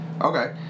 Okay